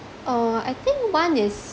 uh I think one is